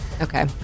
Okay